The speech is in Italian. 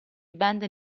band